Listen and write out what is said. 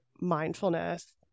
mindfulness